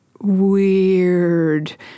Weird